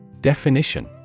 Definition